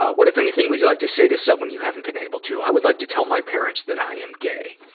ah what, if anything, would you like to say to someone you haven't been able to? i would like to tell my parents that i am gay.